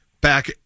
back